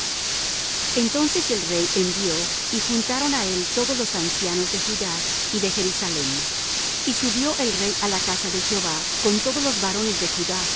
entonces el rey envió y juntaron á él todos los ancianos de judá y de jerusalem y subió el rey á la casa de jehová con todos los varones de judá